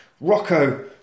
Rocco